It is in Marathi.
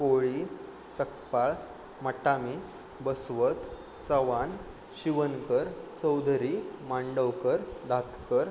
कोळी सकपाळ मटामी बसवत चवाण शिवनकर चौधरी मांडवकर दातकर